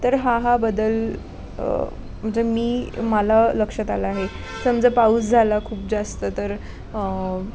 तर हा हा बदल म्हणजे मी मला लक्षात आला आहे समजा पाऊस झाला खूप जास्त तर